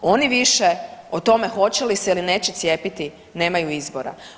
Oni više o tome hoće li se ili neće cijepiti nemaju izbora.